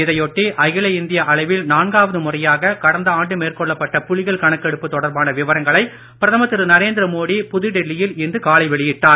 இதையொட்டி அகில இந்திய அளவில் நான்காவது முறையாக கடந்த ஆண்டு மேற்கொள்ளப்பட்ட புலிகள் கணக்கெடுப்பு தொடர்பான விவரங்களை பிரதமர் திரு நரேந்திர மோடி புது டெல்லியில் இன்று காலை வெளியிட்டார்